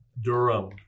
Durham